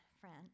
friend